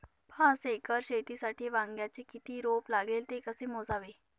पाच एकर शेतीसाठी वांग्याचे किती रोप लागेल? ते कसे मोजावे?